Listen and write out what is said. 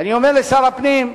אני אומר לשר הפנים: